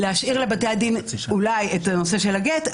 להשאיר לבתי הדין אולי את הנושא של הגט,